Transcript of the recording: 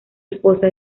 esposa